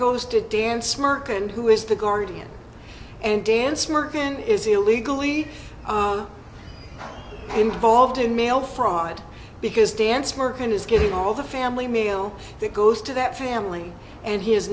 goes to dan smirk and who is the guardian and dance merkin is illegally involved in mail fraud because dance morgan is getting all the family meal that goes to that family and he is